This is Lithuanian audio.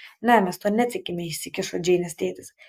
ne mes tuo netikime įsikišo džeinės tėtis